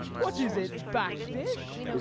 what is it, backfish?